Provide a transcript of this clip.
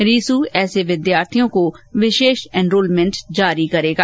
reissue ऐसे विद्यार्थी को विशेष एनरोलमेंट जारी करेगा